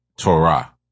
Torah